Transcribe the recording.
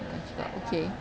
okay